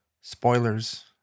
Spoilers